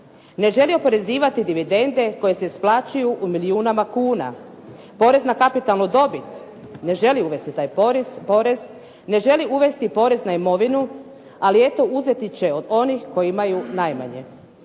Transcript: Ne želi oporezivati dividende koje se isplaćuju u milijunima kuna, porez na kapitalnu dobit, ne želi uvesti u taj porez. Ne želi uvesti porez na imovinu, ali eto uzeti će od onih koji imaju najmanje.